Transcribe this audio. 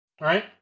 right